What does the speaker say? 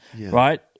right